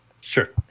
Sure